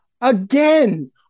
again